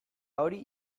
hori